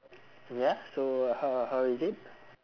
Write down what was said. ya so how how is it